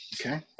Okay